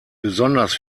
besonders